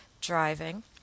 driving